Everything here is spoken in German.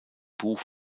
buch